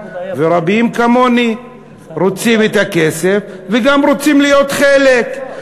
ורבים כמוני רוצים את הכסף וגם רוצים להיות חלק.